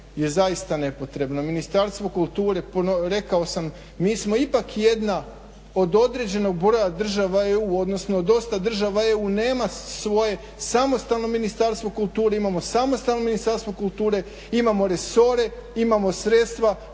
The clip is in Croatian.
je zaista nepotrebno. Ministarstvo kulture rekao sam, mi smo ipak jedna od određenog broja država EU, odnosno dosta država EU nema svoje samostalno Ministarstvo kulture, imamo samo stalno Ministarstvo kulture, imamo resore, imamo sredstva.